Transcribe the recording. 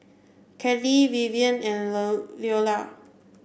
Kelli Vivian and Leola